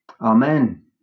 amen